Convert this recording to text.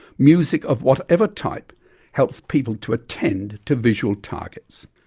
music of whatever type helps people to attend to visual targets.